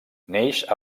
neix